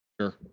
Sure